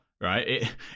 right